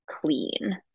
clean